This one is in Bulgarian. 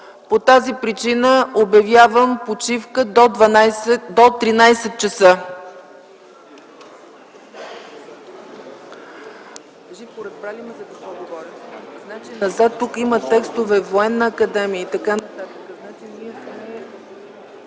По тази причина обявявам почивка до 13,00 ч.